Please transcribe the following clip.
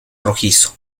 rojizo